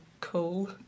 cool